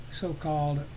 so-called